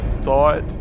thought